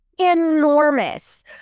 enormous